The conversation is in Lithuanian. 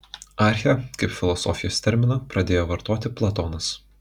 archę kaip filosofijos terminą pradėjo vartoti platonas